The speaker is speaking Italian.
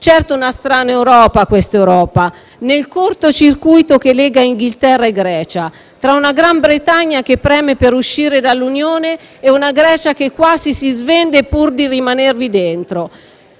Certo è una strana Europa questa Europa: nel corto circuito che lega Inghilterra e Grecia, tra una Gran Bretagna che preme per uscire dall'Unione e una Grecia che quasi si svende pur di rimanervi.